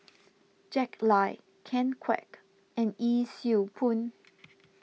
Jack Lai Ken Kwek and Yee Siew Pun